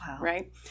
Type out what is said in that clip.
right